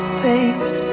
face